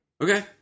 Okay